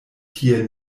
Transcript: tie